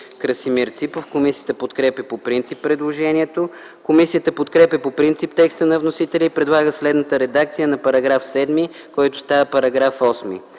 Красимир Ципов. Комисията подкрепя по принцип предложението. Комисията подкрепя по принцип текста на вносителя и предлага следната редакция на § 5: „§ 5. Създават се